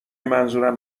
منظورم